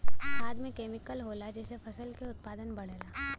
खाद में केमिकल होला जेसे फसल के उत्पादन बढ़ला